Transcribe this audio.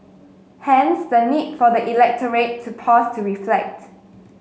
hence the need for the electorate to pause to reflect